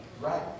right